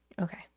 Okay